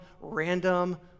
random